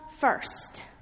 first